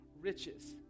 riches